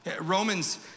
Romans